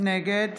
נגד